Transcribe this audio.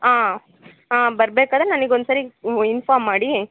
ಹಾಂ ಹಾಂ ಬರ್ಬೇಕಾದ್ರೆ ನನಗೆ ಒಂದು ಸರಿ ಇನ್ಫಾರ್ಮ್ ಮಾಡಿ